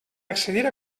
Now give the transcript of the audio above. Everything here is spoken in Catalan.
accedir